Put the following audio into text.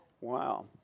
Wow